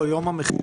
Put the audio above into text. יום המכירה.